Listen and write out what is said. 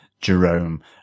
Jerome